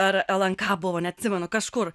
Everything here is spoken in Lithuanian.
ar lnk buvo neatsimenu kažkur